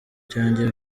cyanjye